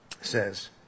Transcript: says